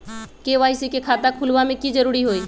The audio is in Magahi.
के.वाई.सी के खाता खुलवा में की जरूरी होई?